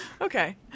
Okay